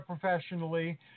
professionally